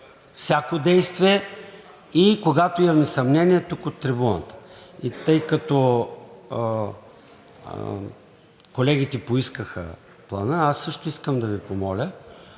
всяко действие и когато имаме съмнение – тук, от трибуната. Тъй като колегите поискаха Плана, аз също искам да Ви помоля: